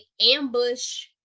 ambush